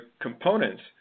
components